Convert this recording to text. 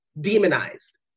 demonized